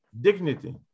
dignity